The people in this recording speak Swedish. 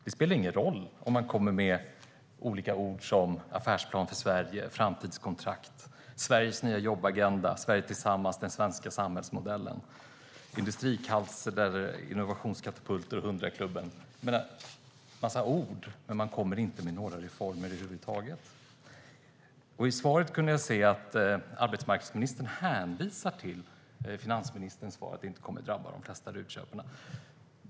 Det spelar ingen roll att man kommer med ord som affärsplan för Sverige, framtidskontrakt, Sveriges nya jobbagenda, Sverige tillsammans, den svenska samhällsmodellen, industrikanslerer, innovationskatapulter eller 100-klubben. Man kommer med en massa ord, men man kommer inte med några reformer över huvud taget. I svaret hänvisar arbetsmarknadsministern till finansministerns svar att det inte kommer att drabba de flesta RUT-köpare.